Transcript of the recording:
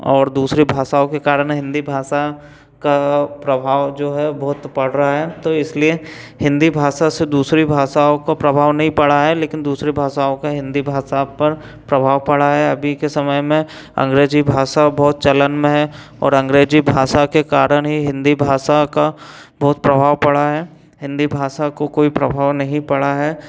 और दूसरी भाषाओं के कारण हिंदी भाषा का प्रभाव जो है बहुत पड़ रहा है तो इसलिए हिंदी भाषा से दूसरी भाषाओं को प्रभाव नहीं पड़ा है लेकिन दूसरी भाषाओं का हिंदी भाषा पर प्रभाव पड़ा है अभी के समय में अंग्रेजी भाषा बहुत चलन में है और अंग्रेजी भाषा के कारण ही हिंदी भाषा का बहुत प्रभाव पड़ा है हिंदी भाषा को कोई प्रभाव नहीं पड़ा है